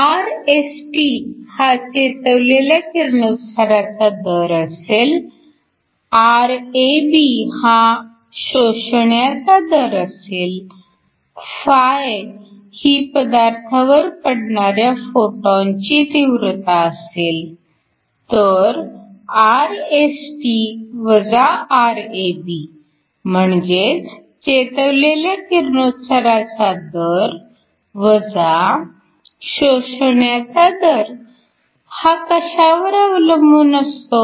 Rst हा चेतवलेल्या किरणोत्साराचा दर असेल Rab हा शोषण्याचा दर असेल φ ही पदार्थावर पडणाऱ्या फोटोनची तीव्रता असेल तर Rst - Rab म्हणजेच चेतवलेल्या किरणोत्साराचा दर वजा शोषण्याचा दर हा कशावर अवलंबून असतो